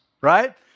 right